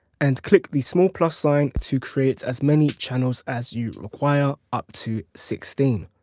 and click the small plus sign to create as many channels as you require up to sixteen.